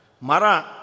Mara